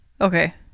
Okay